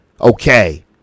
okay